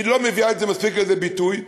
היא לא מביאה את זה מספיק לידי ביטוי,